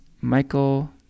michael